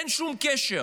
אין שום קשר